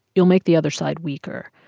you'll make the other side weaker.